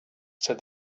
said